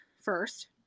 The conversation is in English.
first